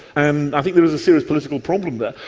and i think there is a serious political problem there.